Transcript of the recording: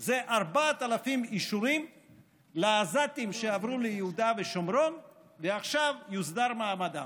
זה 4,000 אישורים לעזתים שעברו ליהודה ושומרון ועכשיו יוסדר מעמדם,